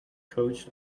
coached